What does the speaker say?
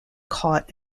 caught